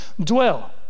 dwell